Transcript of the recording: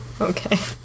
Okay